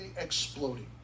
exploding